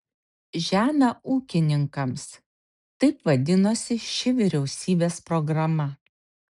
žemę ūkininkams taip vadinosi ši vyriausybės programa